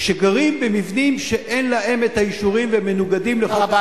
שגרים במבנים שאין להם האישורים והם מנוגדים לחוק התכנון והבנייה.